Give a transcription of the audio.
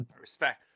Respect